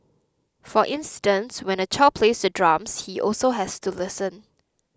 for instance when a child plays the drums he also has to listen